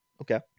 Okay